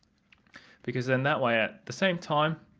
because then that way at the same time,